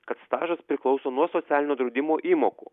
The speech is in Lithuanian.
kad stažas priklauso nuo socialinio draudimo įmokų